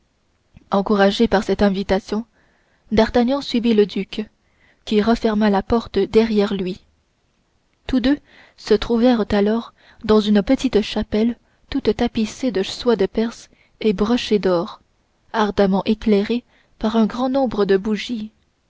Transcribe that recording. encouragé par cette invitation d'artagnan suivit le duc qui referma la porte derrière lui tous deux se trouvèrent alors dans une petite chapelle toute tapissée de soie de perse et brochée d'or ardemment éclairée par un grand nombre de bougies